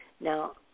Now